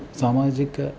सामाजिक